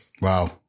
Wow